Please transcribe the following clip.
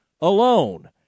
alone